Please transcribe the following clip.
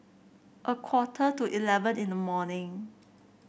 a quarter to eleven in the morning